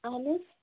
اَہَن حظ